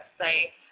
say